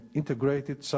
integrated